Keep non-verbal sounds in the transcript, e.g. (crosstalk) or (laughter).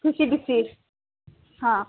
(unintelligible)